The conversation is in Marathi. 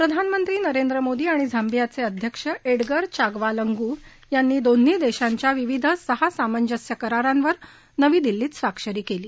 प्रधानमंत्री नरेंद्र मोदी आणि झांबियाचे अध्यक्ष एडगर चाग्वा लंगू यांनी दोन्ही देशांच्या विविध सहा सामंजस्य करारांवर नवी दिल्लीत स्वाक्षरी केली